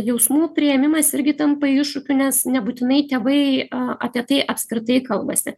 jausmų priėmimas irgi tampa iššūkiu nes nebūtinai tėvai apie tai apskritai kalbasi